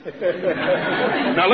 Now